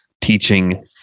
teaching